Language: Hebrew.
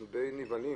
אנחנו די נבהלים.